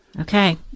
Okay